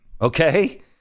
Okay